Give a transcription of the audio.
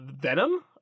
venom